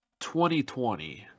2020